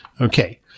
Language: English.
Okay